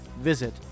Visit